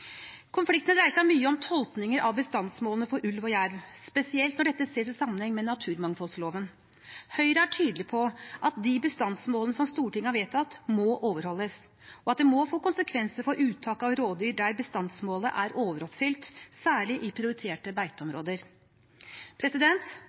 Konfliktene dreier seg mye om tolkninger av bestandsmålene for ulv og jerv, spesielt når dette ses i sammenheng med naturmangfoldloven. Høyre er tydelig på at de bestandsmålene som Stortinget har vedtatt, må overholdes, og at det må få konsekvenser for uttak av rovdyr der bestandsmålet er overoppfylt, særlig i prioriterte